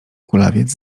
kulawiec